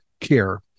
care